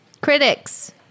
Critics